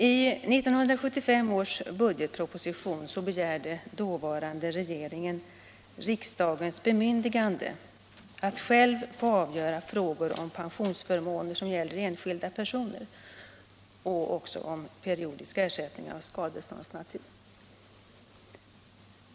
I 1975 års budgetproposition begärde dåvarande regering riksdagens bemyndigande att själv få avgöra frågor om pensionsförmåner som gäller enskilda personer och periodiska ersättningar av skadeståndsnatur.